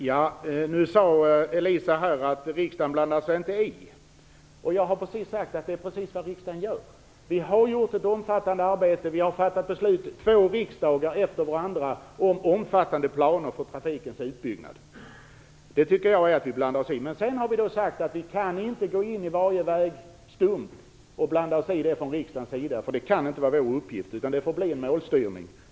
Fru talman! Elisa Abascal Reyes sade att riksdagen inte blandar sig i. Jag har precis sagt att det är just vad riksdagen gör. Vi har gjort ett omfattande arbete. Två riksdagar efter varandra har fattat beslut om omfattande planer för trafikens utbyggnad. Det tycker jag är att blanda sig i. Sedan har vi sagt att vi inte kan blanda oss i varenda vägstump från riksdagens sida. Det kan inte vara vår uppgift. Det får bli en målstyrning.